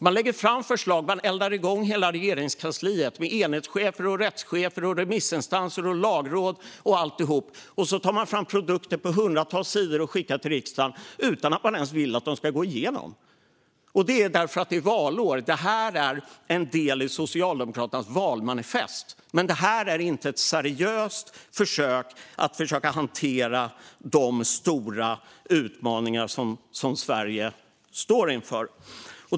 Man lägger fram förslag och eldar igång hela Regeringskansliet med enhetschefer, rättschefer, remissinstanser och lagråd. Man tar fram produkter på hundratals sidor som man skickar till riksdagen utan att man ens vill att de ska gå igenom, och det är därför att det är valår. Det här är en del i Socialdemokraternas valmanifest, men det är inte ett seriöst försök att hantera de stora utmaningar som Sverige står inför.